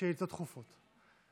שאילתות דחופות.